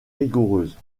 rigoureuses